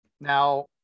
now